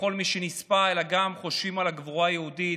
בכל מי שנספה, אלא גם חושבים על הגבורה היהודית.